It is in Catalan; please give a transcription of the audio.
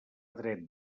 dret